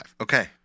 Okay